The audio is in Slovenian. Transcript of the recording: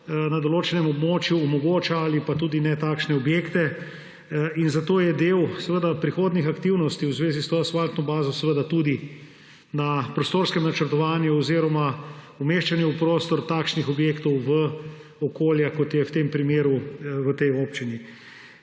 na določenem območju omogoča ali pa tudi ne takšne objekte. In zato je del prihodnjih aktivnosti v zvezi s to asfaltno bazo seveda tudi na prostorskem načrtovanju oziroma umeščanju v prostor takšnih objektov v okolja, kot je v tem primeru v tej občini.